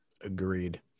Agreed